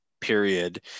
period